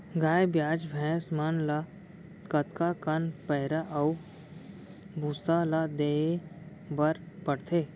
गाय ब्याज भैसा मन ल कतका कन पैरा अऊ भूसा ल देये बर पढ़थे?